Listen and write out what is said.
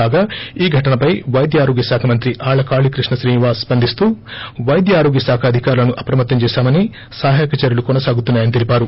కాగా ఈ ఘటనపై వైద్య ఆరోగ్య శాఖ మంత్రి ఆళ్ల కాళీ కృష్ణ శ్రీనివాస్ స్పందిస్తూ వైద్య ఆరోగ్య శాఖ అధికారులను అప్రమత్తం చేశామని సహాయకచర్యలు కొనసాగుతున్నా యని తెలిపారు